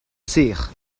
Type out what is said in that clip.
serr